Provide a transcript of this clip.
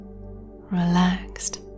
relaxed